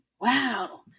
Wow